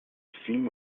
film